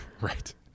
Right